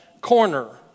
corner